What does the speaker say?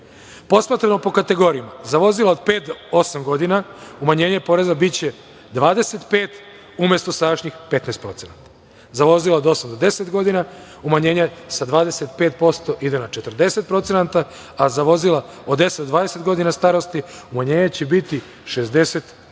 po kategorijama, za vozila od pet do osam godina umanjenje poreza biće 25 umesto sadašnjih 15%. Za vozila od osam do deset godina umanjenja sa 25% ide na 40%, a za vozila od 10 do 20 godina starosti, umanjenje će biti 65%